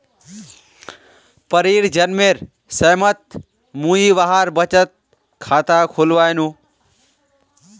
परीर जन्मेर समयत मुई वहार बचत खाता खुलवैयानु